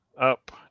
up